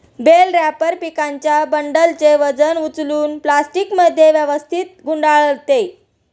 bell wrapper पिकांच्या बंडलचे वजन उचलून प्लास्टिकमध्ये व्यवस्थित गुंडाळते